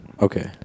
okay